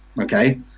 Okay